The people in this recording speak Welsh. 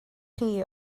chi